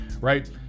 right